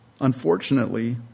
Unfortunately